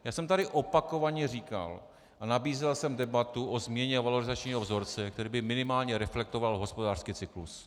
Já jsem tady opakovaně říkal a nabízel jsem debatu o změně valorizačního vzorce, který by minimálně reflektoval hospodářský cyklus.